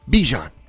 Bijan